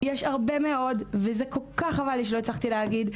יש הרבה מאוד, וזה כל-כך חבל לי שלא הצלחתי להגיד.